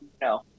no